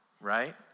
right